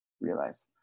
realize